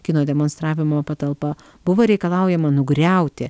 kino demonstravimo patalpa buvo reikalaujama nugriauti